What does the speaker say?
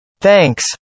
Thanks